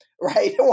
right